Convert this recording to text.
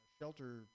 shelter